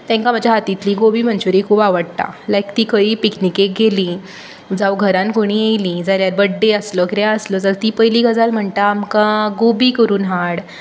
तेंका म्हज्या हातिंतली गोबी मंच्युरी खूब आवडटा लायक तीं खंयी पिकनिकेक गेलीं जावं घरान कोणी येयलीं जाल्यार बड्डे आसलो कितेंय आसलो जाल्यार ती पयली गजाल म्हणटा आमकां गोबी करून हाड